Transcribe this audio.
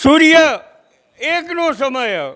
સૂર્ય એકનો સમય